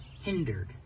hindered